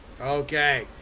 okay